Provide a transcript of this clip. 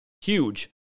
Huge